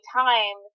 time